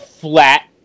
flat